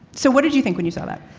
so what did you think when you saw that?